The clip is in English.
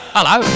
Hello